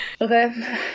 okay